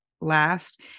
last